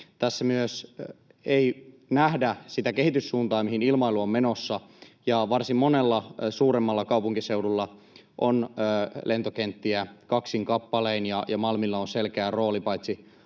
Tässä myös ei nähdä sitä kehityssuuntaa, mihin ilmailu on menossa. Varsin monella suuremmalla kaupunkiseudulla on lentokenttiä kaksin kappalein, ja Malmilla on selkeä rooli paitsi